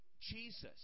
Jesus